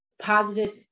positive